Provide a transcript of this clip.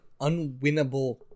unwinnable